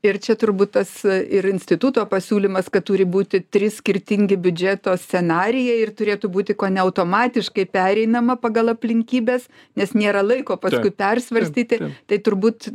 ir čia turbūt tas ir instituto pasiūlymas kad turi būti trys skirtingi biudžeto scenarijai ir turėtų būti kone automatiškai pereinama pagal aplinkybes nes nėra laiko paskui persvarstyti tai turbūt